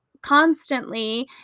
constantly